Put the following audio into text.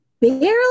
barely